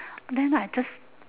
then I just